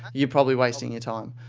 you're probably wasting your time.